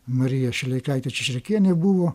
marija šileikaitė čičirkienė buvo